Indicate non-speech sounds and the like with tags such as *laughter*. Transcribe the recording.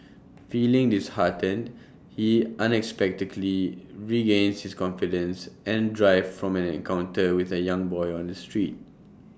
*noise* feeling disheartened he unexpectedly regains his confidence and drive from an encounter with A young boy on the street